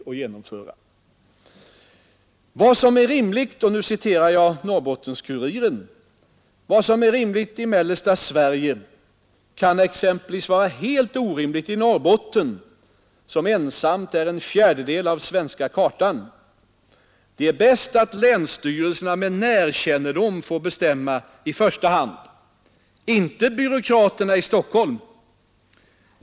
I Norrbottens-Kuriren står det vidare: ”Vad som är rimligt i mellersta Sverige kan exempelvis vara helt orimligt i Norrbotten, som ensamt är en fjärdedel av svenska kartan. Det är bäst att länsstyrelserna med närkännedom får bestämma i första hand, inte byråkraterna i Stockholm.